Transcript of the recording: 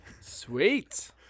sweet